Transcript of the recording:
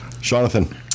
Jonathan